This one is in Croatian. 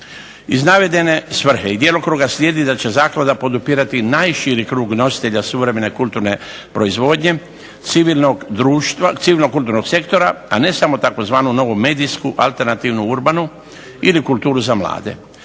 Iz navedene svrhe i djelokruga slijedi da će zaklada podupirati najširi krug nositelja suvremene kulturne proizvodnje civilnog kulturnog sektora, a ne samo tzv. novomedijsku, alternativnu i urbanu ili kulturu za mlade.